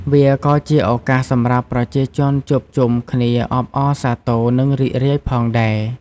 វាក៏ជាឱកាសសម្រាប់ប្រជាជនជួបជុំគ្នាអបអរសាទរ និងរីករាយផងដែរ។